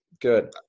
Good